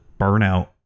burnout